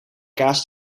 kaas